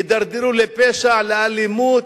יידרדרו לפשע, לאלימות?